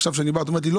עכשיו את אומרת לחי שלא,